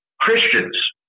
Christians